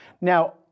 Now